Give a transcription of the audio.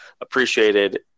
appreciated